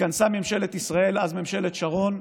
התכנסה ממשלת ישראל, אז ממשלת שרון,